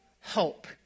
hope